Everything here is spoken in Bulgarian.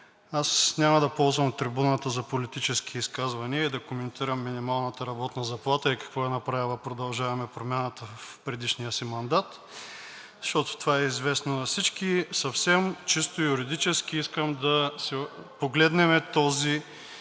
Аз няма да ползвам трибуната за политически изказвания и да коментирам минималната работна заплата и какво е направила „Продължаваме Промяната“ в предишния си мандат, защото това е известно на всички. Съвсем чисто юридически искам да погледнем този